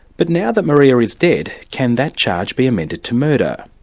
but now that maria is dead, can that charge be amended to murder?